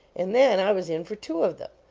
and then i was in for two of them.